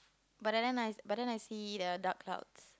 but then I but then I see the dark clouds